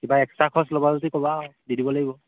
কিবা এক্সট্ৰা খৰচ ল'বা যদি ক'বা আৰু দি দিব লাগিব